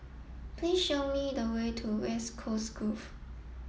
please show me the way to West Coast Grove